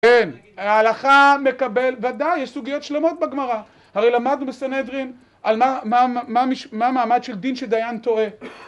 כן, ההלכה מקבל, ודאי, יש סוגיות שלמות בגמרה, הרי למדנו בסנהדרין על מה המעמד של דין שדיין טועה